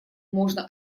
можно